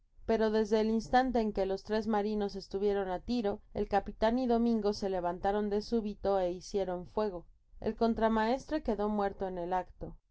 pero desde el instante en que los tres marinos estuvieron á tiro el capitan y domingo se levantaron de súbito é hicieron fuego el contramaestre quedó muerto en el acto